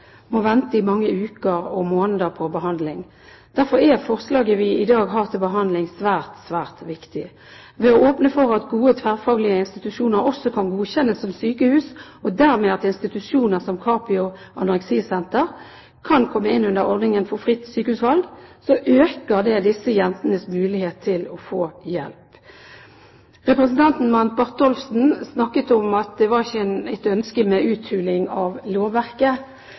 vi i dag har til behandling, svært viktig. Ved å åpne for at gode tverrfaglige institusjoner også kan godkjennes som sykehus, og dermed at institusjoner som Capio Anoreksi Senter kan komme inn under ordningen for fritt sykehusvalg, så øker det disse jentenes mulighet til å få hjelp. Representanten Mandt snakket om at det ikke var et ønske om uthuling av lovverket.